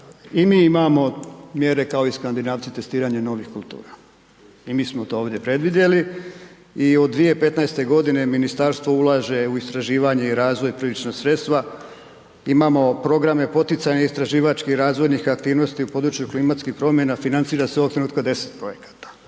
i mi imamo mjere kao i Skandinavci, testiranje novih kultura, i mi smo to ovdje predvidjeli i od 2015.g. ministarstvo ulaže u istraživanje i razvoj prilična sredstva. Imamo programe poticajnih istraživačkih razvojnih aktivnosti u području klimatskih promjena, financira se ovog trenutka 10 projekata.